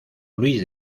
luis